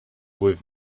with